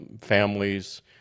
families